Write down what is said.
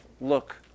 look